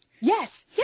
Yes